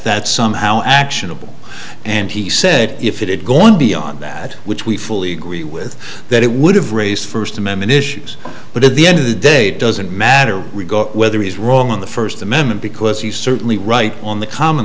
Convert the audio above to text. that's somehow actionable and he said if it had gone beyond that which we fully agree with that it would have raised first amendment issues but at the end of the day it doesn't matter whether he's wrong on the first amendment because you certainly write on the common